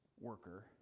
worker